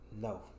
no